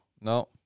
no